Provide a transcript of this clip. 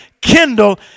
kindle